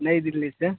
नई दिल्ली से